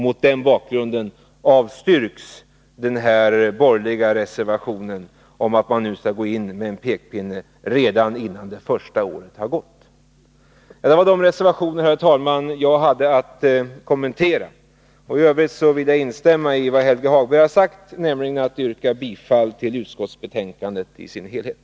Mot den bakgrunden avstyrks den borgerliga reservationen om att man skall gå in med en pekpinne redan innan det första året har gått. Detta var de reservationer, herr talman, som jag hade att kommentera. I övrigt instämmer jag i vad Helge Hagberg har sagt och yrkar bifall till utskottets hemställan i dess helhet.